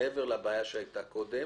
מעבר לבעיה שהייתה קודם